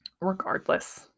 regardless